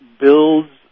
builds